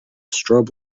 strobe